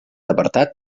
apartat